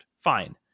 Fine